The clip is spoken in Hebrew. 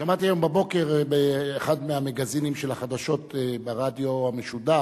שמעתי היום בבוקר באחד מהמגזינים של החדשות ברדיו המשודר,